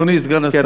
אדוני סגן השר.